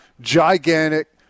Gigantic